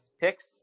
picks